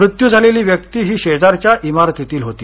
मृत्यू झालेली व्यक्ति ही शेजारच्या इमारतीतील होती